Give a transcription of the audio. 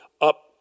up